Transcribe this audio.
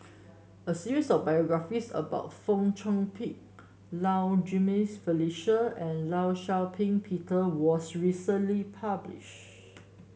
a series of biographies about Fong Chong Pik Low Jimenez Felicia and Law Shau Ping Peter was recently publish